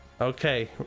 Okay